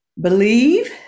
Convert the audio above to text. believe